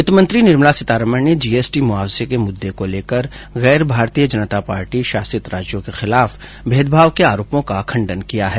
वित्त मंत्री निर्मला सीतारामन ने जीएसटी मुआवजे के मुद्दे को लेकर गैर भारतीय जनता पार्टी शासित राज्यों के खिलाफ मेदभाव के आरोपों का खंडन किया है